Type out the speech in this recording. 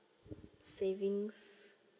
savings